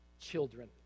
Children